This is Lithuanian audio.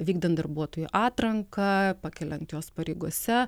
vykdant darbuotojų atranką pakeliant juos pareigose